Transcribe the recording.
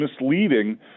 misleading